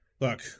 Look